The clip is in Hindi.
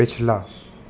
पिछला